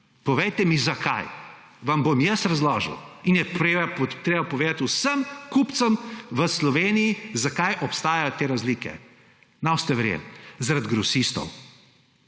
Povejte mi, zakaj. Vam bom jaz razložil. Treba je povedati vsem kupcem v Sloveniji, zakaj obstajajo te razlike. Ne boste verjeli, zaradi grosistov.